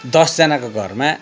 दसजनाको घरमा